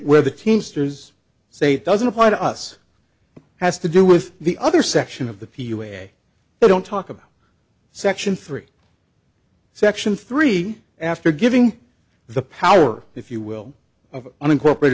where the teamsters say it doesn't apply to us has to do with the other section of the p u a they don't talk about section three section three after giving the power if you will of unincorporated